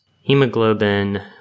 Hemoglobin